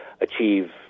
achieve